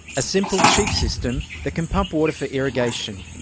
a simple, cheap system that can pump water for irrigation,